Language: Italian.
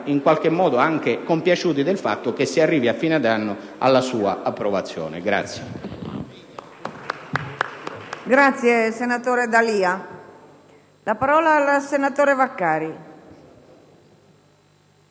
in qualche modo anche compiaciuti del fatto che si arrivi a fine anno alla loro approvazione.